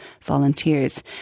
volunteers